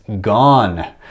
gone